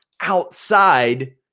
outside